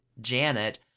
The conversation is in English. Janet